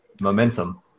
momentum